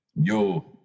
Yo